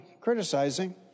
criticizing